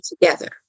together